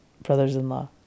brothers-in-law